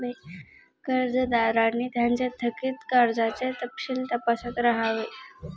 कर्जदारांनी त्यांचे थकित कर्जाचे तपशील तपासत राहावे